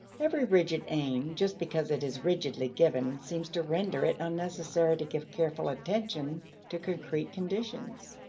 every rigid aim just because it is rigidly given seems to render it unnecessary to give careful attention to concrete conditions.